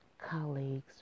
colleague's